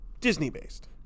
Disney-based